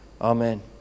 Amen